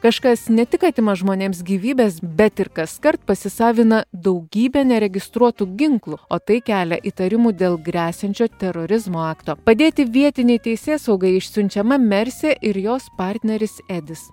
kažkas ne tik atima žmonėms gyvybes bet ir kaskart pasisavina daugybę neregistruotų ginklų o tai kelia įtarimų dėl gresiančio terorizmo akto padėti vietinei teisėsaugai išsiunčiama mersė ir jos partneris edis